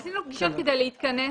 עשינו פגישות כדי להתכנס.